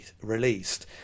released